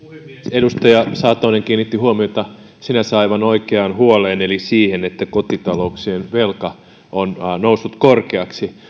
edustaja satonen kiinnitti huomiota sinänsä aivan oikeaan huoleen eli siihen että kotitalouksien velka on noussut korkeaksi